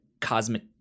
Cosmic